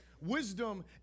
Wisdom